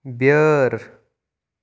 بیٲر